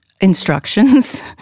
instructions